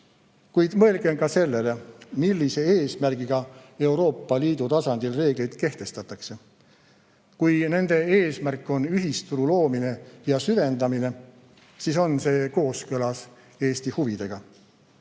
Kuid mõelgem ka sellele, millise eesmärgiga Euroopa Liidu tasandil reegleid kehtestatakse. Kui nende eesmärk on ühisturu loomine ja süvendamine, siis on see kooskõlas Eesti huvidega.